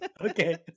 Okay